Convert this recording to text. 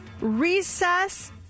recess